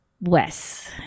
Wes